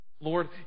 Lord